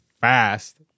fast